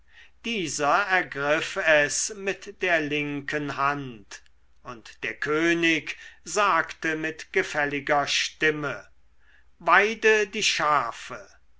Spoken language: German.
dieser ergriff es mit der linken hand und der könig sagte mit gefälliger stimme weide die schafe